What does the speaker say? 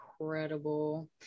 incredible